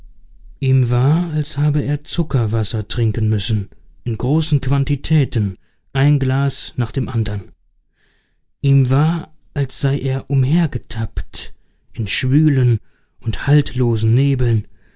ihm war als habe er zuckerwasser trinken müssen in großen quantitäten ein glas nach dem andern ihm war als sei er umhergetappt in schwülen und haltlosen nebeln